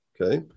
Okay